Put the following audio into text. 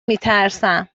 میترسم